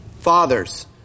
fathers